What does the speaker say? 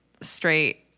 straight